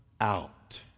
out